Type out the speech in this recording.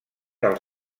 del